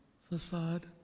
facade